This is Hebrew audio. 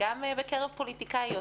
וגם בקרב פוליטיקאיות,